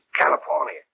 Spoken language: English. California